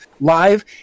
live